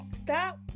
stop